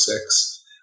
six